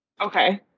Okay